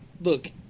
Look